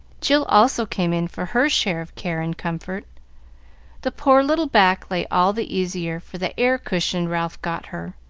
jill also came in for her share of care and comfort the poor little back lay all the easier for the air-cushion ralph got her,